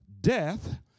death